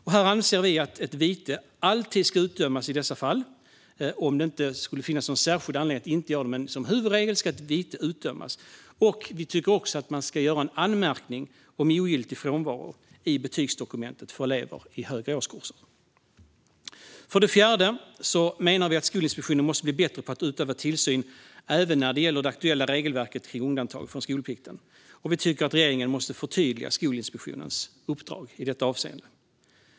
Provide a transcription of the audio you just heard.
Vi anser att ett vite alltid ska utdömas i dessa fall om det inte skulle finnas någon särskild anledning att inte göra det. Som huvudregel ska ett vite utdömas. Vi tycker också att man ska göra en anmärkning om ogiltig frånvaro i betygsdokumentet för elever i högre årskurser. För det fjärde menar vi att Skolinspektionen måste bli bättre på att utöva tillsyn även när det gäller det aktuella regelverket för undantag från skolplikten. Vi tycker också att regeringen måste förtydliga Skolinspektionens uppdrag i detta avseende.